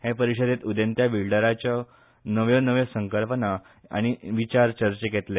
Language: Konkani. हे परीषदेत उदेंत्या बिल्डराच्यो नव्यो नव्यो संकल्पना आनी विचार चर्चेक येतले